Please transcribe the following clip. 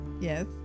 yes